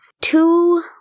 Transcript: two